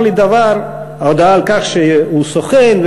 ההודעה על כך שהוא סוכן,